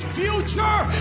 future